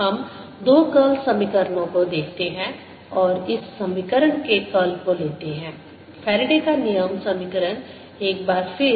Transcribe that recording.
हम दो कर्ल समीकरणों को देखते हैं और इस समीकरण के कर्ल को लेते हैं फैराडे का नियम Faraday's law समीकरण एक बार फिर